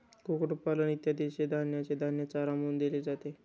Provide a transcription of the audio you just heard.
कुक्कुटपालन इत्यादींना धान्याचे धान्य चारा म्हणून दिले जाते